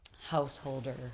householder